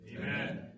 amen